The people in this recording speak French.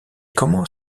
comment